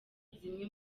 zimwe